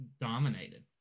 dominated